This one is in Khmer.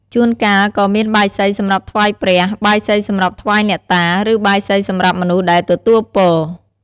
ជួនកាលក៏មានបាយសីសម្រាប់ថ្វាយព្រះ បាយសីសម្រាប់ថ្វាយអ្នកតា ឬបាយសីសម្រាប់មនុស្សដែលទទួលពរ។